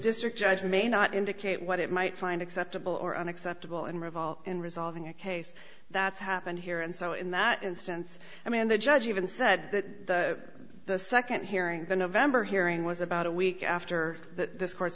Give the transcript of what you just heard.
district judge may not indicate what it might find acceptable or unacceptable and revolve in resolving a case that's happened here and so in that instance i mean the judge even said that the second hearing the november hearing was about a week after that this court